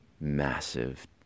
massive